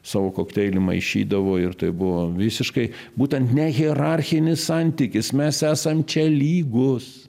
savo kokteilį maišydavo ir tai buvo visiškai būtent ne hierarchinis santykis mes esam čia lygūs